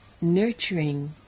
nurturing